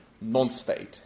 non-state